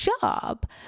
job